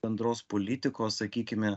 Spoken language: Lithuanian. bendros politikos sakykime